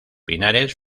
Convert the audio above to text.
pinares